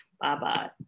Bye-bye